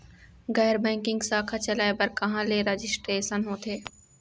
गैर बैंकिंग शाखा चलाए बर कहां ले रजिस्ट्रेशन होथे?